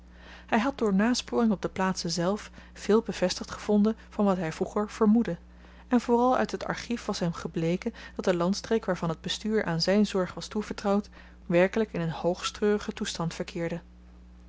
hy had door nasporing op de plaatsen zelf veel bevestigd gevonden van wat hy vroeger vermoedde en vooral uit het archief was hem gebleken dat de landstreek waarvan het bestuur aan zyn zorg was toevertrouwd werkelyk in een hoogsttreurigen toestand verkeerde